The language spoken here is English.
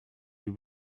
you